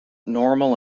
normal